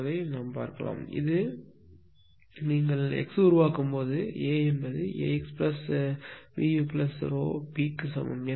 எனவே நீங்கள் அதை x உருவாக்கும் போது A AxBuΓp சமம்